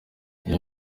iyi